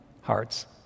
hearts